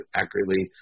accurately